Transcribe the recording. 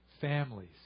Families